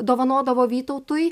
dovanodavo vytautui